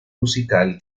musical